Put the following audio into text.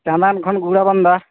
ᱪᱟᱸᱫᱟᱱ ᱠᱷᱚᱱ ᱜᱷᱩᱲᱟᱵᱟᱱᱫᱟ